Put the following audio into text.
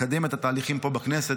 לקדם את התהליכים פה בכנסת,